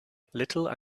little